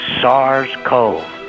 SARS-CoV